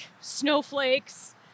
snowflakes